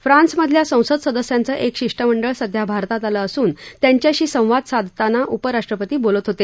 फ्रान्समधल्या संसद सदस्यांचं एक शिष्टमंडळ सध्या भारतात आलं असून त्यांच्याशी संवाद साधताना उपराष्ट्रपती बोलत होते